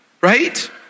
Right